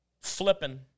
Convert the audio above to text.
flipping